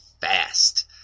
fast